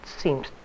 seems